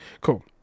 Cool